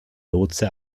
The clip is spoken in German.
lotse